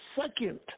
second